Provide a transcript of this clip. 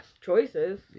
choices